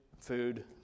Food